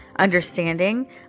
understanding